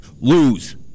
lose